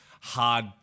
hard